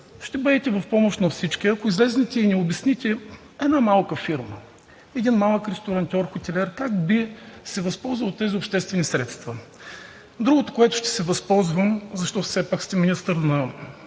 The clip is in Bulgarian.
ще бъдете в помощ на всички, ако излезете и ни обясните – една малка фирма, един малък ресторантьор, хотелиер как би се възползвал от тези обществени средства? Другото, от което ще се възползвам, защото все пак сте министър на